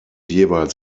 jeweils